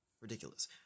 ridiculous